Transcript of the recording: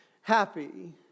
happy